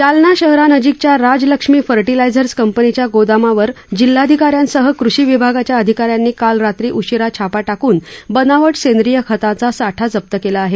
जालना शहरानजिकच्या राजलक्ष्मी फर्टिलायझर्स कंपनीच्या गोदामावर जिल्हाधिकाऱ्यांसह कृषी विभागाच्या अधिकाऱ्यांनी काल रात्री उशिरा छापा टाकून बनावट सेंद्रीय खताचा साठा जप्त केला आहे